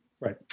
right